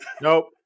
Nope